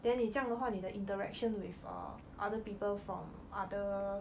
then 你这样的话你的 interaction with other people from other